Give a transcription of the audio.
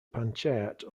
panchayat